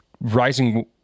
rising